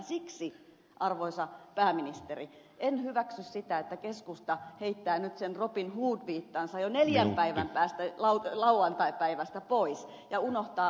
siksi arvoisa pääministeri en hyväksy sitä että keskusta heittää nyt sen robin hood viittansa jo neljän päivän päästä lauantaipäivästä pois ja unohtaa niin kuin ed